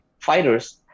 fighters